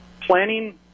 planning